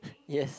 yes